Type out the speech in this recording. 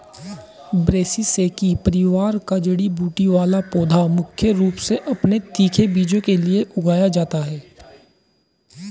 ब्रैसिसेकी परिवार का जड़ी बूटी वाला पौधा मुख्य रूप से अपने तीखे बीजों के लिए उगाया जाता है